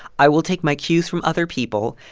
i will take my cues from other people.